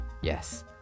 yes